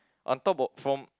on top o~ from